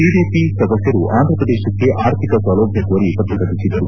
TDP ಸದಸ್ಯರು ಆಂಧ್ರಪ್ರದೇಶಕ್ಕೆ ಆರ್ಥಿಕ ಸೌಲಭ್ಯ ಕೋರಿ ಪ್ರತಿಭಟಿಸಿದರು